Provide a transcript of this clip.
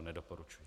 Nedoporučuji.